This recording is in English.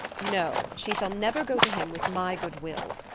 no! she shall never go to him with my goodwill.